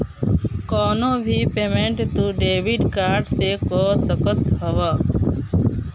कवनो भी पेमेंट तू डेबिट कार्ड से कअ सकत हवअ